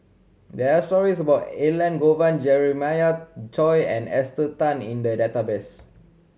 there are stories about Elangovan Jeremiah Choy and Esther Tan in the database